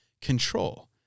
control